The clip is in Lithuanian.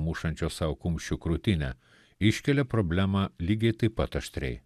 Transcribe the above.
mušančio sau kumščiu krūtinę iškelia problemą lygiai taip pat aštriai